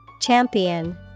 Champion